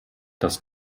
das